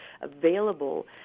available